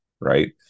right